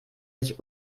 sich